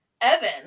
Evan